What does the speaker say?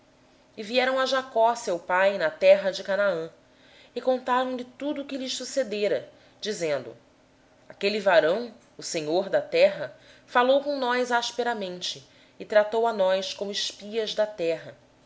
depois vieram para jacó seu pai na terra de canaã e contaram lhe tudo o que lhes acontecera dizendo o homem o senhor da terra falou nos asperamente e tratou nos como espias da terra